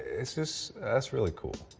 it's just, that's really cool.